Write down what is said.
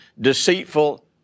deceitful